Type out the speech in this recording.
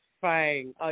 fine